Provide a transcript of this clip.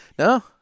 No